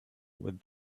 with